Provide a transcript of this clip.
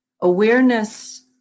Awareness